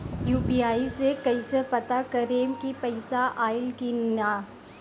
UPI से कईसे पता करेम की पैसा आइल की ना?